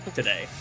today